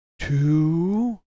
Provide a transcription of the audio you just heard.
two